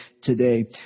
today